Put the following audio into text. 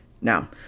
now